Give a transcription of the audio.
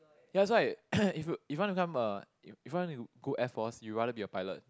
ya that's why if you if you want to become a if you want to go Air-Force you would rather be a pilot